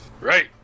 right